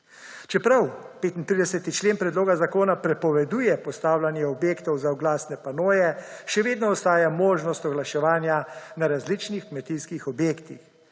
Čeprav 35. člen predloga zakona prepoveduje postavljanje objektov za oglasne panoje, še vedno ostaja možnost oglaševanja na različnih kmetijskih objektih.